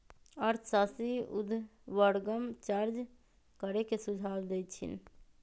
अर्थशास्त्री उर्ध्वगम चार्ज करे के सुझाव देइ छिन्ह